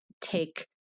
take